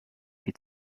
die